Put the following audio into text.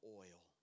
oil